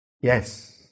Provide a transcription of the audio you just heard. Yes